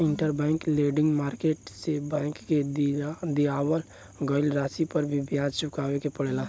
interbank lending market से bank के दिअवावल गईल राशि पर भी ब्याज चुकावे के पड़ेला